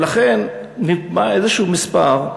ולכן נקבע איזשהו מספר,